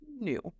new